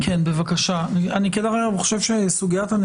אריאל, היועצת המשפטית של עמותת